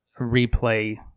replay